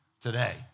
today